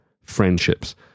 friendships